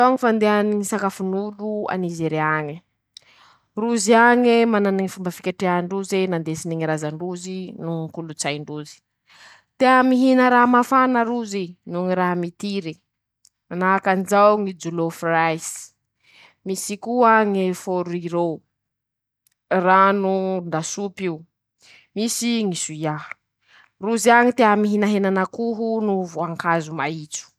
Manahaky anizao ñy fandehany ñy sakafon'olo a Nizeria añe: -Rozy añe ,manany ñy fomba fiketrehan-droze, nandesiny ñy razan-drozy noho ñy kolo-tsain-drozy ;tea mihina raha mafana rozy ,noho ñy raha mitiry ,manahaky anizao ñy Jolofrish, misy koa ñy fôrurô, ranon-dasopy io ,misy ñy Suia ;rozy añy tea mihina henan'akoho noho voankazo maitso.